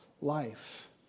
life